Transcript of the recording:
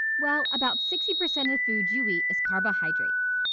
well, about sixty percent of the food you eat is carbohydrates.